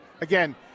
Again